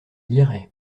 liraient